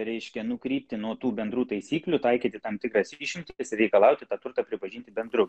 reiškia nukrypti nuo tų bendrų taisyklių taikyti tam tikras išimtis reikalauti tą turtą pripažinti bendru